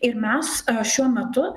ir mes šiuo metu